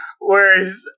whereas